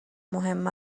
مهم